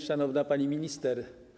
Szanowna Pani Minister!